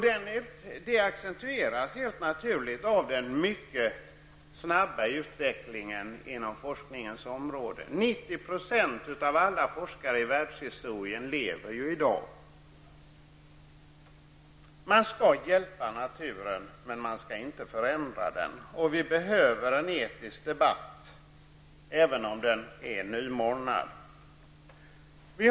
Dessa accentueras helt naturligt av den mycket snabba utvecklingen på forskningens område. 90 % av alla forskare i världshistorien lever ju i dag. Man skall hjälpa naturen. Men man skall inte förändra den. Den etiska debatten behövs -- även om denna är nymornad.